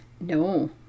no